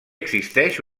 existeix